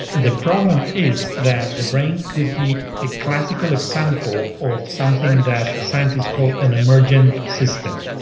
the problem is that the brain could be a classical example of something that the scientists call an emergent system.